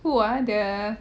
who ah the